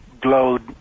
glowed